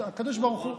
הקדוש ברוך הוא,